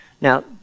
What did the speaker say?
Now